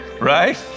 Right